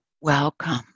welcome